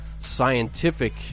scientific